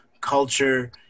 culture